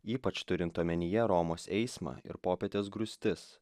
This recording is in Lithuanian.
ypač turint omenyje romos eismą ir popietės grūstis